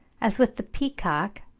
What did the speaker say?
as with the peacock,